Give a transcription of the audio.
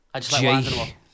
Jake